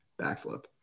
backflip